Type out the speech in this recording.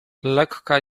lekka